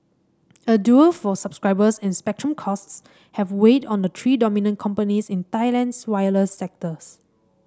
a duel for subscribers and spectrum costs have weighed on the three dominant companies in Thailand's wireless sectors